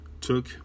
took